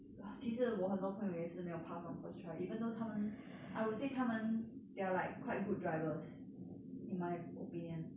啊其实我很多朋友也是没有 pass on first try even though 他们 I would say 他们 they're like quite good drivers in my opinion